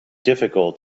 difficult